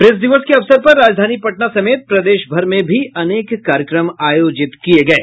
इस अवसर पर राजधानी पटना समेत प्रदेशभर में भी अनेक कार्यक्रम आयोजित किये गये